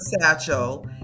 Satchel